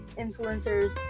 influencers